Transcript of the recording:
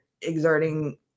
exerting